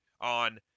on